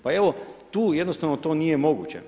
Pa evo tu jednostavno to nije moguće.